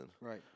Right